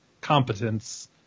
competence